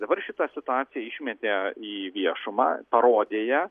dabar šitą situaciją išmetė į viešumą parodė ją